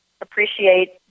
appreciate